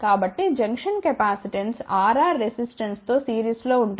కాబట్టిజంక్షన్ capacitance Rr resistance తో సిరీస్లో ఉంటుంది